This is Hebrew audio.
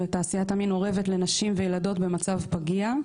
תעשיית המין אורבת לנשים וילדות במצב פגיע.